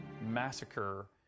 massacre